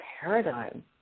paradigm